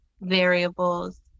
variables